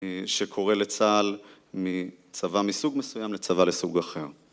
שקורא לצה״ל מצבא מסוג מסוים לצבא לסוג אחר.